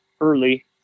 early